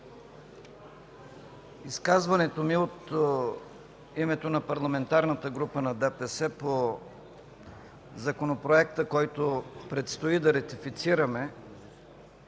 Изказването ми е от името на Парламентарната група на ДПС по законопроекта, който предстои да ратифицираме.